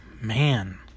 Man